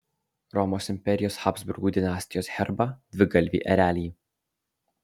romos imperijos habsburgų dinastijos herbą dvigalvį erelį